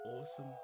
awesome